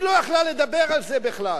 היא לא יכלה לדבר על זה בכלל.